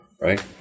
right